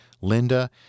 linda